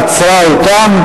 עצרה אותם.